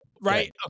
right